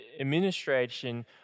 administration